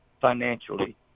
financially